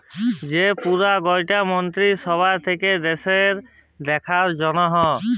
যে পুরা গটা মন্ত্রী সভা থাক্যে দ্যাশের দেখার জনহ